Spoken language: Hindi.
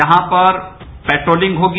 यहां पर पेट्रोलिंग होगी